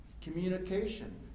communication